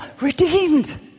redeemed